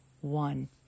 one